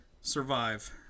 survive